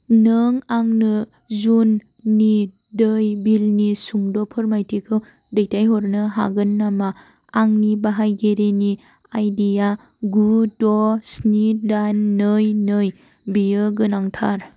नों आंनो जुननि दै बिलनि सुंद' फोरमायथिखौ दैथायहरनो हागोन नामा आंनि बाहायगिरिनि आइडिआ गु द' स्नि दाइन नै नै बेयो गोनांथार